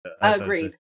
Agreed